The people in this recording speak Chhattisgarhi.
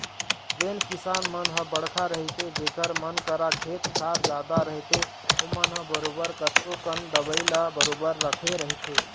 जेन किसान मन ह बड़का रहिथे जेखर मन करा खेत खार जादा रहिथे ओमन ह बरोबर कतको कन दवई ल बरोबर रखे रहिथे